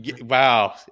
Wow